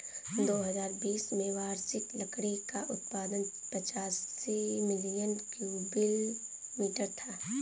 दो हजार बीस में वार्षिक लकड़ी का उत्पादन पचासी मिलियन क्यूबिक मीटर था